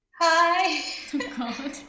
hi